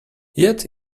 yet